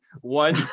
One